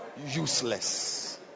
Useless